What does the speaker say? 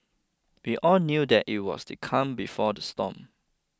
we all knew that it was the calm before the storm